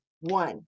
One